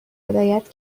هدایت